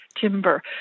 timber